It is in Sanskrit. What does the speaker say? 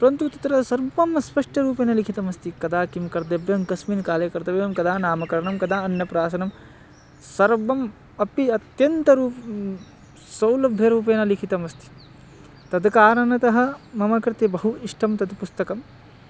परन्तु तत्र सर्वं स्पष्टरूपेण लिखितमस्ति कदा किं कर्तव्यं कस्मिन् काले कर्तव्यं कदा नामकरणं कदा अन्नप्राशनं सर्वम् अपि अत्यन्तरू सौलभ्यरूपेण लिखितमस्ति तद् कारणतः मम कृते बहु इष्टं तत् पुस्तकं